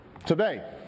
Today